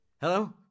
Hello